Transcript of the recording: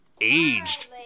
Aged